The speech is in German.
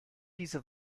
diese